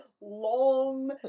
long